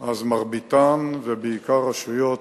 אז מרביתן, ובעיקר רשויות